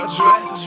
dress